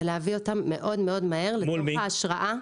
זה להביא אותם מאוד מהר לתוך ההשראה.